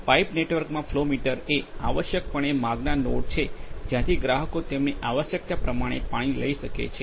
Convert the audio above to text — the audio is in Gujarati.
પાઇપ નેટવર્કમાં ફ્લો મીટર એ આવશ્યકપણે માંગનાર નોડ છે જ્યાંથી ગ્રાહકો તેમની આવશ્યકતા પ્રમાણે પાણી લઈ શકે છે